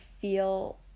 feel